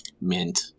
mint